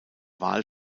wahl